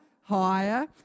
higher